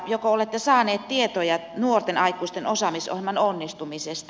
joko olette saanut tietoja nuorten aikuisten osaamisohjelman onnistumisesta